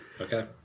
Okay